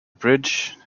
bridge